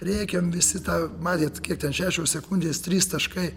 rėkiam visi tą matėt kiek ten šešios sekundės trys taškai